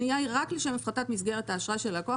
הפנייה היא רק לשם הפחתת מסגרת האשראי של הלקוח,